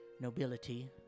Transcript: nobility